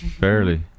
Barely